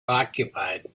occupied